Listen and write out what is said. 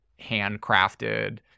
handcrafted